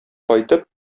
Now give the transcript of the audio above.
кайтып